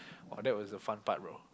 !wow! that was the fun part bro